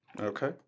Okay